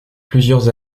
plusieurs